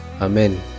Amen